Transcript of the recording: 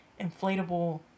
inflatable